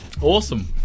Awesome